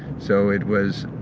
so it was